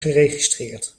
geregistreerd